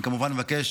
אני כמובן מבקש